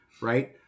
Right